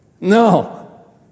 No